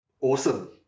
Awesome